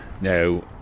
...now